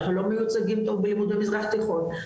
אנחנו לא מיוצגים טוב בלימוד מזרח תיכון,